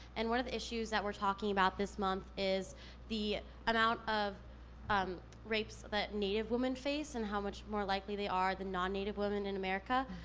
and one of the issues that we're talking about this month is the amount of um rapes that native women face, and how much likely they are than non-native women in america.